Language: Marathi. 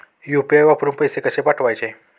यु.पी.आय वरून पैसे कसे पाठवायचे?